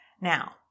Now